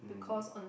because on